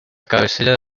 cabecera